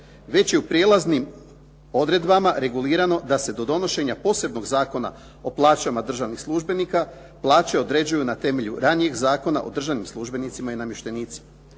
već je u prijelaznim odredbama regulirano da se do donošenja posebnog Zakona o plaćama državnih službenika plaće određuju na temelju ranijih Zakona o državnim službenicima i namještenicima.